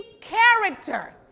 character